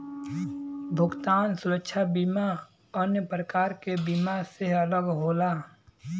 भुगतान सुरक्षा बीमा अन्य प्रकार के बीमा से अलग होला